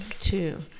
two